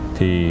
Thì